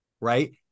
right